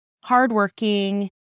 Hardworking